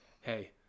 hey